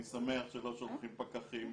אני שמח שלא שולחים פקחים